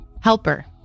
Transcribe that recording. Helper